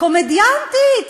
קומדיאנטית.